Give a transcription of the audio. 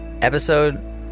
episode